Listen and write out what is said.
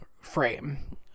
frame